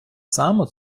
само